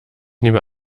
nehme